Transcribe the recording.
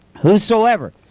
Whosoever